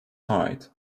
height